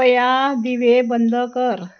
पया दिवे बंद कर